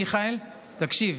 מיכאל, תקשיב.